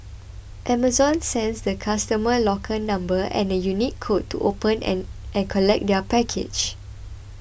Amazon sends the customer the locker number and a unique code to open it and collect their package